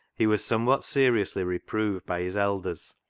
he was somewhat seriously reproved by his elders,